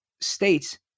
states